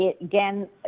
Again